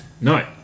No